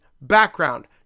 background